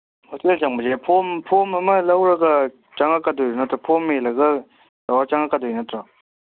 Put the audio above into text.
hostel ꯆꯪꯕꯁꯦ form form ꯑꯃ ꯂꯧꯔꯒ ꯆꯪꯉꯛꯀꯗꯣꯏ ꯅꯠꯇ꯭ꯔꯣ ꯐꯣꯝ ꯃꯦꯟꯂꯒ ꯇꯧꯔ ꯆꯪꯉꯛꯀꯗꯣꯏ ꯅꯠꯇ꯭ꯔꯣ